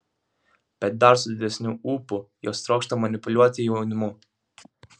bet dar su didesniu ūpu jos trokšta manipuliuoti jaunimu